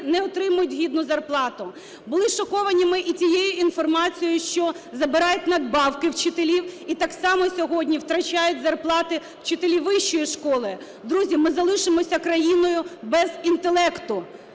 не отримують гідну зарплату. Були шоковані ми і тією інформацією, що забирають надбавки в вчителів і так само сьогодні втрачають зарплати вчителі вищої школи. Друзі, ми залишимося країною без інтелекту!